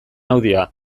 audioa